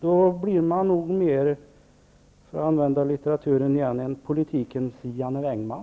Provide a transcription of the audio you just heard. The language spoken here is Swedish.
Då blir man nog, för att använda litterärt uttryck igen, politikens Janne Vängman.